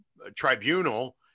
tribunal